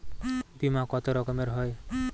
বিমা কত রকমের হয়?